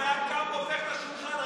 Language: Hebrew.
הוא היה קם והופך את השולחן,